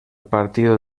partido